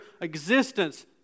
existence